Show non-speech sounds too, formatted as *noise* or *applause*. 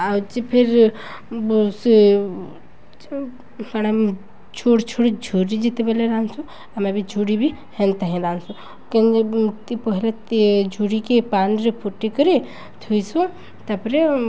ଆଉଚି ଫେର୍ *unintelligible* ସେ କାଣା ଛୋଡ଼ି ଛୋଡ଼ି ଝୁରି ଯେତେବେଲେ ରାନ୍ଧସୁ ଆମେ ବି ଝୁୁର ବି ହେନ୍ତା ହିଁ ରାନ୍ଧସୁ କେତି ପହିଲା ତେ ଝୁଡ଼ିକି ପାଣିରେ ଫୁଟି କରି ଥୁଇସୁଁ ତାପରେ